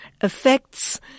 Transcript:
affects